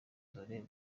dore